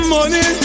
Money